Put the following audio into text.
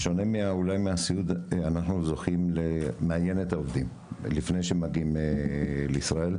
בשונה אולי מהסיעוד אנחנו זוכים למיין את העובדים לפני שמגיעים לישראל,